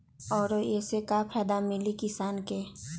और ये से का फायदा मिली किसान के?